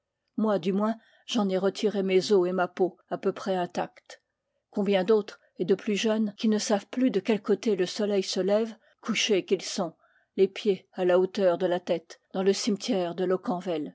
moi du moins j'en ai retiré mes os et ma peau à peu près intacts combien d'autres et de plus jeunes qui ne savent plus de quel côté le soleil se lève couchés qu'ils sont les pieds à la hauteur de la tête aans le cimetière de